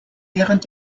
während